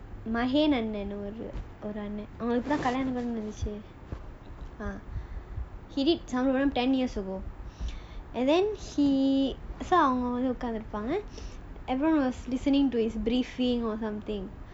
mahen அண்ணனு ஒரு அண்ணன் உங்களுக்கெல்லாம் கல்யாணம் முடிஞ்சிடுச்சு யார் அது:annanu oru annan ungalukellaam kalyaanam mudinjiduchu yaar adhu and then he அவங்க வந்து உட்கார்ந்துருப்பாங்க:avanga vandhu utkarnthurupaanga everyone was listening to his briefing or something